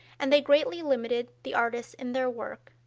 and they greatly limited the artists in their work,